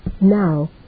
now